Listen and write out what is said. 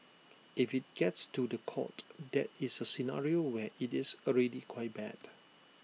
if IT gets to The Court that is A scenario where IT is already quite bad